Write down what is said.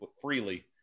freely